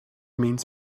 means